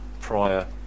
prior